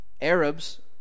Arabs